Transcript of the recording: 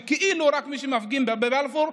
שכאילו רק מי שמפגין בבלפור,